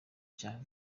cya